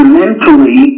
mentally